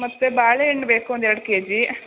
ಮತ್ತೆ ಬಾಳೆ ಹಣ್ ಬೇಕು ಒಂದು ಎರಡು ಕೆ ಜಿ